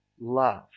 love